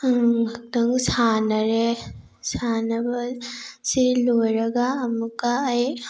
ꯉꯥꯛꯇꯪ ꯁꯥꯟꯅꯔꯦ ꯁꯥꯟꯅꯕꯁꯤ ꯂꯣꯏꯔꯒ ꯑꯃꯨꯛꯀ ꯑꯩ